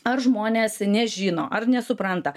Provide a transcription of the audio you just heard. ar žmonės nežino ar nesupranta